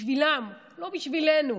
בשבילם, לא בשבילנו.